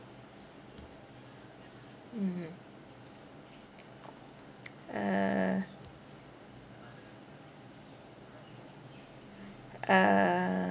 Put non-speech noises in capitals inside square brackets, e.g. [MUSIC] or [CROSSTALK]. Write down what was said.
mmhmm [NOISE] uh uh